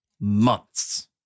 months